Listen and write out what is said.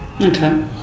Okay